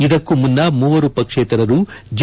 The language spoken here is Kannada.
ಇದಕ್ಕೂ ಮುನ್ನ ಮೂವರು ಪಕ್ಷೇತರರು ಜೆ